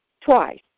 twice